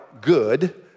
good